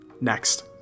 Next